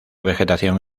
vegetación